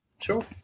Sure